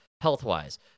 health-wise